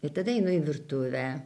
ir tada einu į virtuvę